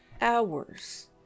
hours